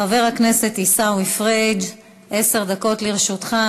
חבר הכנסת עיסאווי פריג' עשר דקות לרשותך.